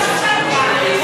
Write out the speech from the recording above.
פסק דין פלילי חלוט.